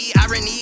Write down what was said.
Irony